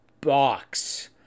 box